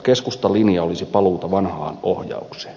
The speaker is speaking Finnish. keskustan linja olisi paluuta vanhaan ohjaukseen